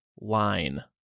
line